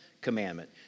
commandment